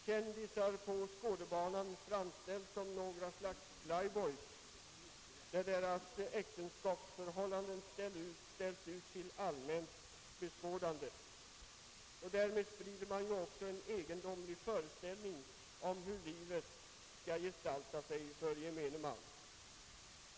»Kändisar» på skådebanan framställs som något slags playboys, och deras äktenskapsförhållanden ställs ut till allmänt beskådande. Därmed sprider denna press också en egendomlig föreställning om hur livet skall gestalta sig för gemene man.